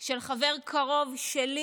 של חבר קרוב שלי,